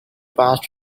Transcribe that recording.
passed